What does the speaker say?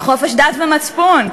חופש דת ומצפון.